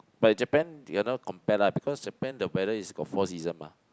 but in Japan they cannot compare lah because Japan the weather is got four season mah